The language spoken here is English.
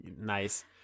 Nice